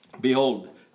Behold